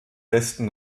besten